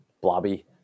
Blobby